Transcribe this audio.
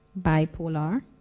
Bipolar